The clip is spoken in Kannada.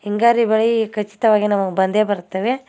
ಹಿಂಗಾರು ಬೆಳೆ ಖಚಿತವಾಗಿ ನಮಗೆ ಬಂದೇ ಬರುತ್ತವೆ